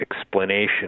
explanation